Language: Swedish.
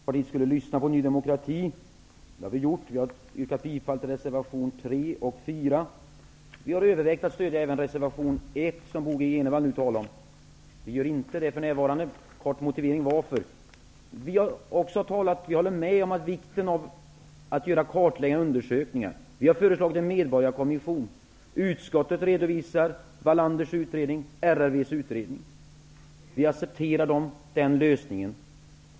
Fru talman! Ny demokratis partiledare bad Vänsterpartiet att lyssna på Ny demokrati. Det har vi gjort. Vi har yrkat bifall till reservationerna 3 och 4. Vi har övervägt att stödja även reservation 1, som Bo G Jenevall nu talade om, men vi gör inte det för närvarande. En kort motivering till det: Vi håller med om vikten av att göra kartläggande undersökningar. Vi har föreslagit en medborgarkommission. Utskottet redovisar Wallanders utredning och RRV:s utredning. Vi accepterar den lösningen.